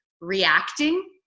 reacting